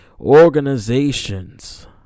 organizations